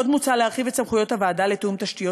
עוד מוצע להרחיב את סמכויות הוועדה לתיאום תשתיות,